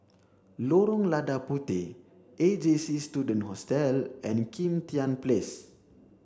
Lorong Lada Puteh A J C Student Hostel and Kim Tian Place